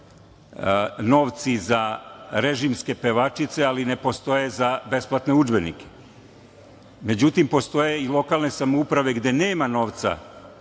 postoje novci za režimske pevačice, ali ne postoje za besplatne udžbenike. Međutim, postoje i lokalne samouprave gde nema novca